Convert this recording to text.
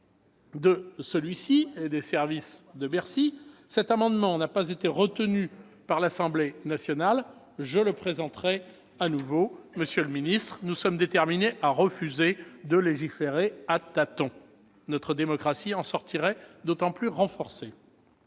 de celui-ci et des services de Bercy. Cet amendement n'a pas été retenu par l'Assemblée nationale, mais je le présenterai de nouveau. Messieurs les ministres, nous sommes déterminés à refuser de légiférer à tâtons. Notre démocratie en sortirait d'autant plus renforcée.